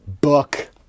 book